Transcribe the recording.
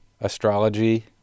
astrology